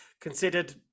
considered